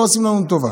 הם לא עושים לנו טובה,